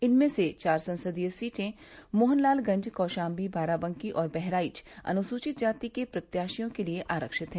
इनमें से चार संसदीय सीटें मोहनलालगंज कौशाम्बी बाराबंकी और बहराइच अनुसूचित जाति के प्रत्याशियों के लिए आरक्षित है